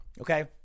okay